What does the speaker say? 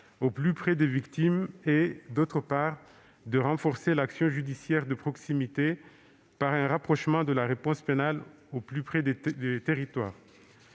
au plus près des victimes et, d'autre part, de renforcer l'action judiciaire de proximité par un rapprochement, au plus près des territoires,